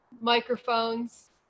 microphones